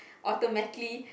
automatically